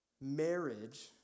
marriage